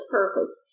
purpose